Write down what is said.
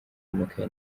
amakaye